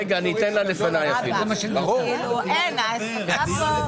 ראבאק, כאילו אין, השפה פה